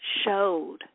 showed